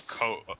coat